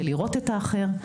של לראות את האחר,